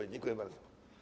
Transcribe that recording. Dziękuję bardzo.